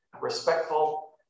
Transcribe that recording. respectful